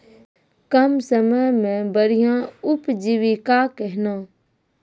कम समय मे बढ़िया उपजीविका कहना?